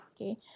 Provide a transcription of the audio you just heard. Okay